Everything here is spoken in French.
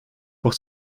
pour